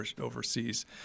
overseas